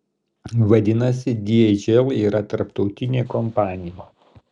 vadinasi dhl yra tarptautinė kompanija